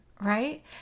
right